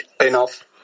enough